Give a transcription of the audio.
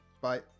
Bye